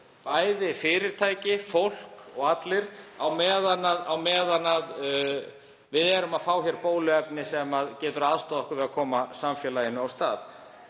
bæði fyrirtæki, fólk og allir á meðan við bíðum eftir bóluefni sem getur aðstoðað okkur við að koma samfélaginu af stað.